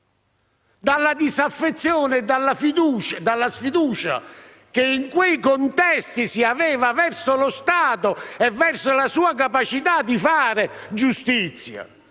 dalla disaffezione e dalla sfiducia che in certi contesti si aveva verso lo Stato e la sua capacità di fare giustizia,